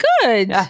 good